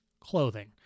clothing